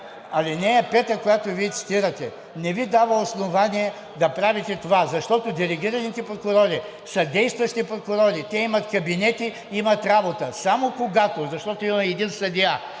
ал. 5, която Вие цитирате, не Ви дава основание да правите това, защото делегираните прокурори са действащи прокурори. Те имат кабинети, имат работа. Само когато, защото има един съдия,